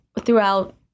throughout